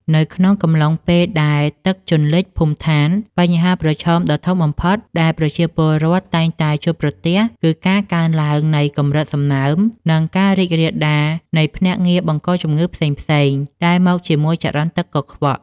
នៅក្នុងកំឡុងពេលដែលទឹកជន់លិចភូមិឋាន បញ្ហាប្រឈមដ៏ធំបំផុតដែលប្រជាពលរដ្ឋតែងតែជួបប្រទះ គឺការកើនឡើងនៃកម្រិតសំណើម និងការរីករាលដាលនៃភ្នាក់ងារបង្កជំងឺផ្សេងៗដែលមកជាមួយចរន្តទឹកកខ្វក់។